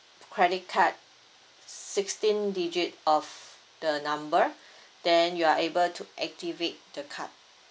credit card sixteen digit of the number then you are able to activate the card